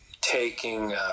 taking